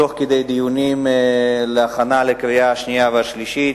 תוך כדי דיונים להכנה לקריאה שנייה ושלישית.